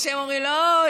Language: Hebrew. איך הם אומרים: לא,